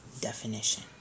definition